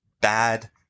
bad